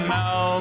now